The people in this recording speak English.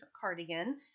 cardigan